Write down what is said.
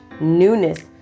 newness